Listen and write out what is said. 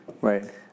right